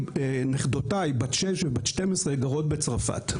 נכדותיי בת 6, ובת 12 גרות בצרפת.